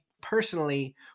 personally